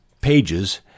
pages